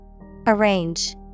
Arrange